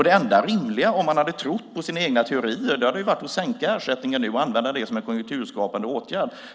Det enda rimliga om man hade trott på sina egna teorier hade varit att sänka ersättningen nu och använda det som en konjunkturskapande åtgärd.